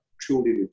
truly